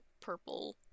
purple